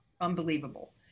unbelievable